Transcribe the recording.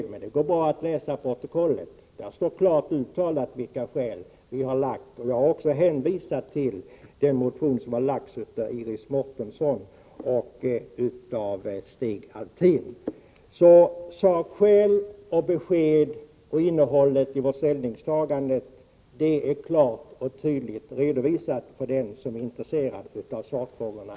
Det går emellertid bra att läsa protokollet. Där står det klart uttalat vilka skäl vi har anfört. Jag har också hänvisat till den motion som har väckts av Iris Mårtensson och Stig Alftin. Sakskälen för, beskeden om och innehållet i vårt ställningstagande är klart och tydligt redovisat för den som är intresserad av sakfrågorna.